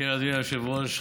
אדוני היושב-ראש,